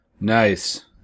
Nice